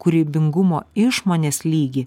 kūrybingumo išmonės lygį